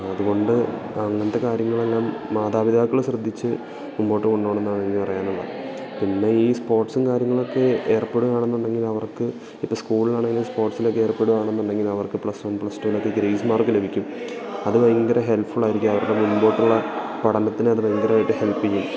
അതുകൊണ്ട് അങ്ങനത്തെ കാര്യങ്ങളെല്ലാം മാതാപിതാക്കള് ശ്രദ്ധിച്ച് മുമ്പോട്ടു കൊണ്ടുപോകണമെന്നാണ് എനിക്കു പറയാനുള്ളത് പിന്നെ ഈ സ്പോർട്സും കാര്യങ്ങളുമൊക്കെ ഏർപ്പെടുകയാണെന്നുണ്ടെങ്കിൽ അവർക്ക് ഇപ്പോള് സ്കൂളിലാണേലും സ്പോർട്സിലൊക്കെ ഏർപ്പെടുകയാണെന്നുണ്ടെങ്കിൽ അവർക്ക് പ്ലസ് വൺ പ്ലസ് ടുവിലൊക്കെ ഗ്രെയ്സ് മാർക്ക് ലഭിക്കും അത് ഭയങ്കര ഹെല്പ്ഫുള്ളായിരിക്കും അവർക്ക് മുമ്പോട്ടുള്ള പഠനത്തിന് അതു ഭയങ്കരമായിട്ട് ഹെൽപ്പ് ചെയ്യും